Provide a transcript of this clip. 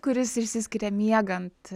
kuris išsiskiria miegant